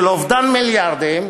של אובדן מיליארדים,